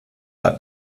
gar